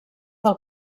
del